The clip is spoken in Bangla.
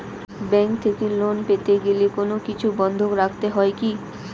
ব্যাংক থেকে লোন পেতে গেলে কোনো কিছু বন্ধক রাখতে হয় কি?